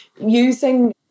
using